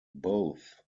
both